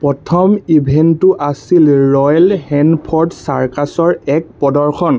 প্ৰথম ইভেণ্টটো আছিল ৰয়েল হেনফ'ৰ্ড চাৰ্কাছৰ এক প্ৰদৰ্শন